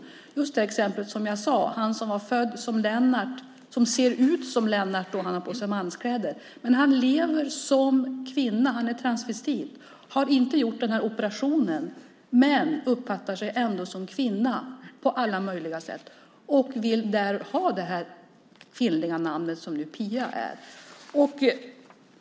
Tänk på det exempel jag tog upp - han som var född som Lennart och ser ut som Lennart när han har på sig manskläder. Men han lever som kvinna. Han är transvestit. Han har inte gjort operationen men uppfattar sig ändå som kvinna på alla möjliga sätt och vill ha det kvinnliga namnet Pia.